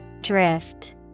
Drift